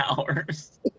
hours